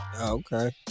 Okay